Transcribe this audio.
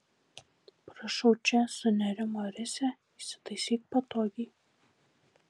prašau čia sunerimo risia įsitaisyk patogiai